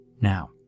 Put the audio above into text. Now